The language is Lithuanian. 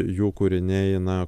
jų kūriniai na